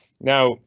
Now